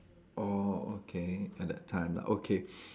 oh okay at that time lah okay